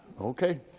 Okay